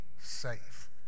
safe